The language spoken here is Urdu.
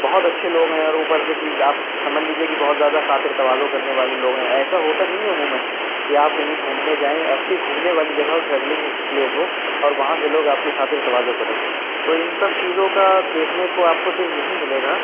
بہت اچھے لوگ ہیں اور اوپر سے کہ آپ سمجھ لیجیے کہ بہت زیادہ خاطر تواضع کرنے والے لوگ ہیں ایسا ہوتا نہیں ہے عموماً کہ آپ کہیں گھومنے جائیں اچھی گھومنے والی جگہ ہو ٹریولنگ پلیس ہو اور وہاں کے لوگ آپ کی خاطر تواضع کریں تو ان سب چیزوں کا دیکھنے کو آپ کو صرف یہیں ملے گا